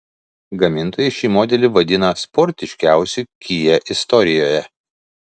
gamintojai šį modelį vadina sportiškiausiu kia istorijoje